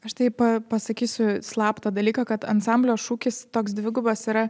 aš taip pasakysiu slaptą dalyką kad ansamblio šūkis toks dvigubas yra